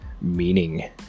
meaning